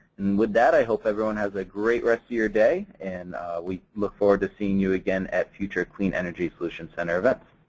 with that i hope everyone has a great rest of your day and we look forward to seeing you again at future clean energy solutions center events.